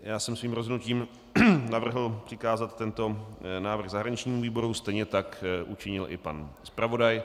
Já jsem svým rozhodnutím navrhl přikázat tento návrh zahraničnímu výboru, stejně tak učinil i pan zpravodaj.